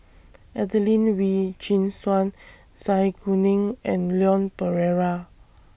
Adelene Wee Chin Suan Zai Kuning and Leon Perera